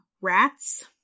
Rats